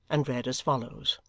and read as follows